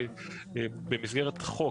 במסגרת החוק,